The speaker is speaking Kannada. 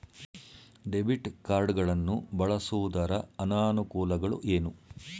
ಡೆಬಿಟ್ ಕಾರ್ಡ್ ಗಳನ್ನು ಬಳಸುವುದರ ಅನಾನುಕೂಲಗಳು ಏನು?